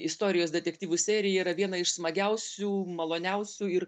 istorijos detektyvų serija yra viena iš smagiausių maloniausių ir